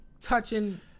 touching